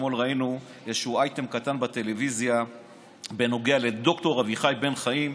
אתמול ראינו איזשהו אייטם קטן בטלוויזיה בנוגע לד"ר אבישי בן חיים,